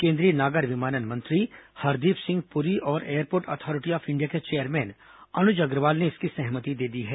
केंद्रीय नागर विमानन मंत्री हरदीप सिंह पुरी और एयरपोर्ट अथॉरिटी ऑफ इंडिया के चेयरमैन अनुज अग्रवाल ने इसकी सहमति दे दी है